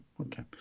Okay